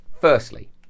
Firstly